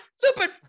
stupid